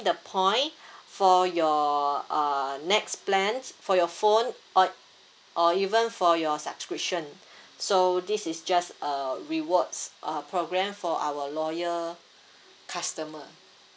the point for your uh next plans for your phone or or even for your subscription so this is just a rewards uh programe for our loyal customer